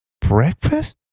breakfast